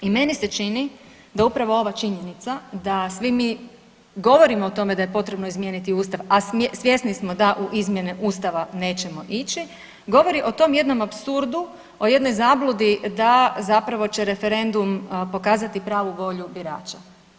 I meni se čini da upravo ova činjenica da svi mi govorimo o tome da je potrebno izmijeniti Ustav, a svjesni smo da u izmjene Ustava nećemo ići, govori o tom jednom apsurdu, o jednoj zabludi da zapravo će referendum pokazati pravu volju birača.